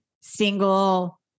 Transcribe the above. single